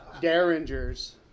derringers